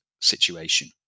situation